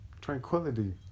tranquility